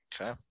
Okay